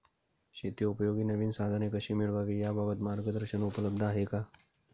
शेतीउपयोगी नवीन साधने कशी मिळवावी याबाबत मार्गदर्शन उपलब्ध आहे का?